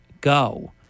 go